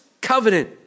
covenant